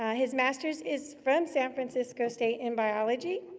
ah his masters is from san francisco state in biology.